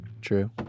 True